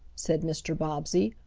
said mr. bobbsey.